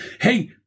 hey